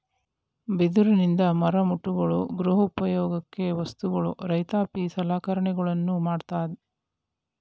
ಬಿದಿರಿನಿಂದ ಮರಮುಟ್ಟುಗಳು, ಗೃಹ ಉಪಯೋಗಿ ವಸ್ತುಗಳು, ರೈತಾಪಿ ಸಲಕರಣೆಗಳನ್ನು ಮಾಡತ್ತರೆ